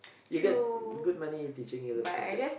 you get good money teaching the other subjects